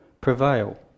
prevail